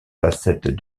facettes